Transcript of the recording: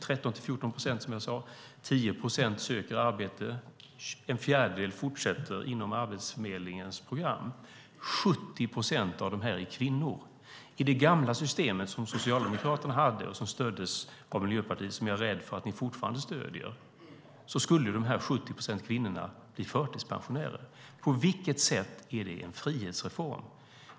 13-14 procent är i arbete som jag sade. 10 procent söker arbete. En fjärdedel fortsätter inom Arbetsförmedlingens program. 70 procent av dem är kvinnor. Med det gamla systemet som Socialdemokraterna införde, och som stöddes av Miljöpartiet och som jag är rädd för att ni fortfarande stöder, skulle de 70 procenten kvinnor bli förtidspensionärer. På vilket sätt är det en frihetsreform?